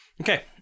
Okay